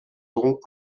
aurons